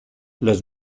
los